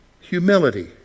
humility